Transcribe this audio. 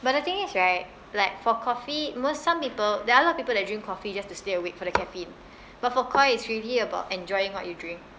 but the thing is right like for coffee most some people there are a lot of people that drink coffee just to stay awake for the caffeine but for Koi it's really about enjoying what you drink